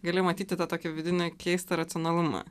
gali matyti tą tokį vidinį keistą racionalumą